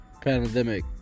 pandemic